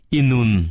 Inun